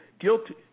guilty